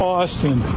Austin